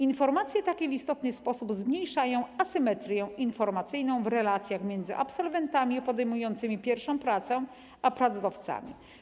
Informacje takie w istotny sposób zmniejszają asymetrię informacyjną w relacjach między absolwentami podejmującymi pierwszą pracę a pracodawcami.